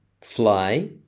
fly